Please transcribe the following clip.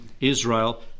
Israel